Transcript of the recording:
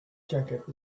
jacket